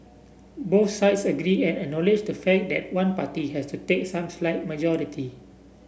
both sides agree and acknowledge the fact that one party has to take some slight majority